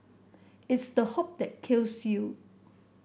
it's the hope that kills you